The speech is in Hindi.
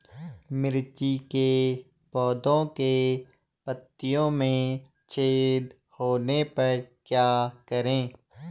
मिर्ची के पौधों के पत्तियों में छेद होने पर क्या करें?